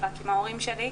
רק עם ההורים שלי,